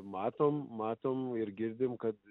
matome matome ir girdime kad